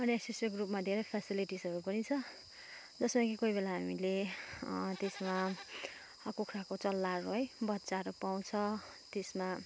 अनि एसएसजी ग्रुपमा धेरै फ्यासिलिटिजहरू पनि छ जसमा कि कोही बेला हामीले त्यसमा कुखुराको चल्लाहरू है बच्चाहरू पाउँछ त्यसमा